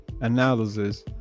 analysis